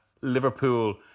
Liverpool